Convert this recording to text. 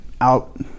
out